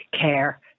care